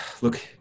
look